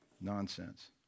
nonsense